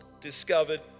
discovered